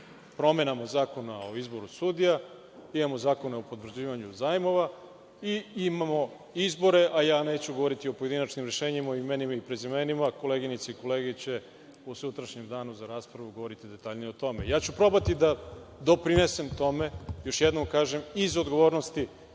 promenama Zakona o izboru sudija, imamo zakone o potvrđivanju zajmova i imamo izbore, a ja neću govoriti o pojedinačnim rešenjima, o imenima i prezimenima. Koleginice i kolege će u sutrašnjem danu za raspravu govoriti detaljnije o tome. Probaću da doprinesem tome, još jednom kažem, iz odgovornosti